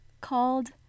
called